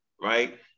right